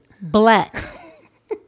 Black